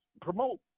promote